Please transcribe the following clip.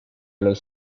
luz